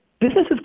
Businesses